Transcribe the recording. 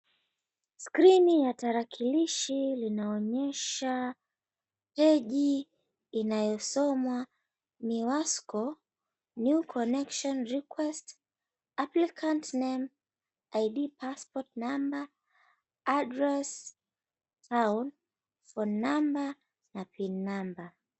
Skrini ya tarakilishi inaonesha peji inayosomwa Miwasco new connection request Applicant name , ID , Passport , Number , Address , Phone number na Pin number .